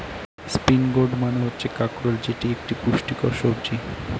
spiny gourd মানে হচ্ছে কাঁকরোল যেটি একটি পুষ্টিকর সবজি